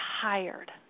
tired